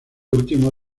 último